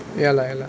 ya lah ya lah